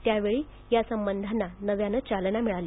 त्यावेळी या संबंधांना नव्याने चालना मिळाली